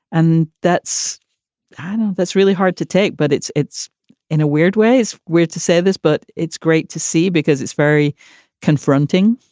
and that's that's really hard to take. but it's it's in a weird way is weird to say this, but it's great to see because it's very confronting.